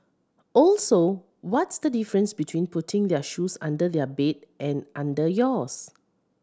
also what's the difference between putting their shoes under their bed and under yours